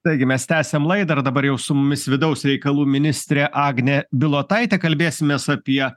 taigi mes tęsiam laidą ir dabar jau su mumis vidaus reikalų ministrė agnė bilotaitė kalbėsimės apie